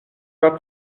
pas